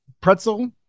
pretzel